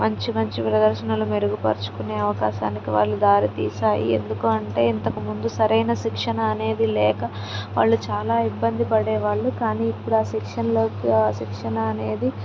మంచి మంచి ప్రదర్శనలు మెరుగుపరుచుకునే అవకాశానికి వాళ్ళు దారితీసాయి ఎందుకు అంటే ఇంతకుముందు సరైన శిక్షణ అనేది లేక వాళ్ళు చాలా ఇబ్బంది పడేవాళ్ళు కానీ ఇప్పుడు ఆ శిక్షణలో శిక్షణ అనేది